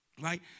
right